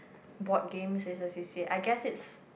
board games is a C_C_A I guess its